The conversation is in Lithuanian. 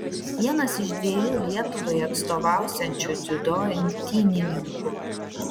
vienas iš dviejų lietuvai atstovausiančių dziudo imtynininkų